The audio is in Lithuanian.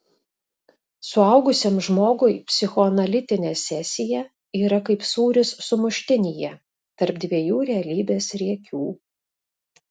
suaugusiam žmogui psichoanalitinė sesija yra kaip sūris sumuštinyje tarp dviejų realybės riekių